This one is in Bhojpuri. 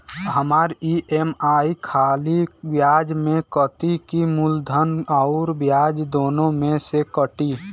हमार ई.एम.आई खाली ब्याज में कती की मूलधन अउर ब्याज दोनों में से कटी?